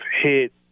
hit